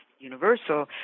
Universal